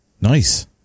Nice